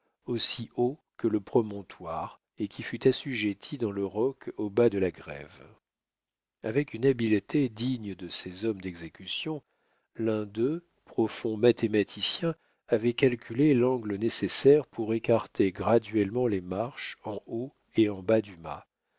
aussi haut que le promontoire et qui fut assujettie dans le roc au bas de la grève avec une habileté digne de ces hommes d'exécution l'un d'eux profond mathématicien avait calculé l'angle nécessaire pour écarter graduellement les marches en haut et en bas du mât